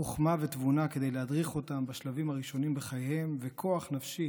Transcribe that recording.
חוכמה ותבונה כדי להדריך אותם בשלבים הראשונים בחייהם וכוח נפשי